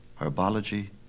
herbology